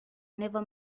never